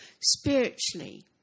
spiritually